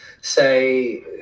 say